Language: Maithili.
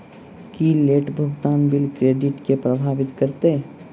की लेट भुगतान बिल क्रेडिट केँ प्रभावित करतै?